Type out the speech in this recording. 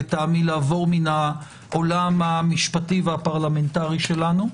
לטעמי מהעולם המשפטי והפרלמנטרי שלנו,